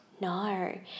no